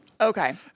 Okay